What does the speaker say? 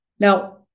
Now